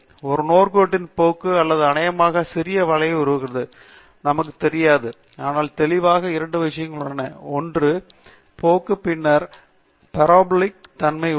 ஒரு நேர்கோட்டு போக்கு அல்லது அநேகமாக சிறிது பரவளைய போக்கு உள்ளது நமக்கு தெரியாது ஆனால் தெளிவாக இரண்டு விஷயங்கள் உள்ளன ஒரு நேர்கோட்டு போக்கு பின்னர் அது ஒரு பரபோலிக் தன்மை உள்ளது